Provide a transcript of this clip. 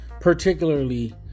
particularly